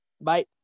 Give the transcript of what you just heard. Bye